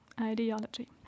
ideology